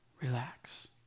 relax